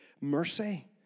mercy